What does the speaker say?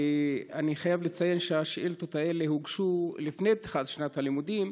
אני חייב לציין שהשאילתות האלה הוגשו לפני תחילת שנת הלימודים,